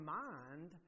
mind